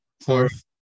Fourth